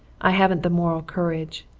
i haven't the moral courage.